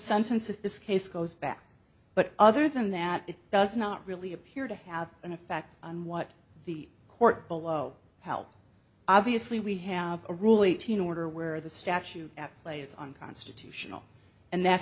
sentence of this case goes back but other than that it does not really appear to have an effect on what the court below helped obviously we have a rule eighteen order where the statute at play is unconstitutional and that